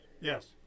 Yes